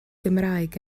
gymraeg